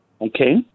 okay